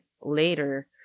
later